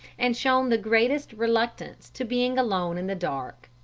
and shown the greatest reluctance to being alone in the dark.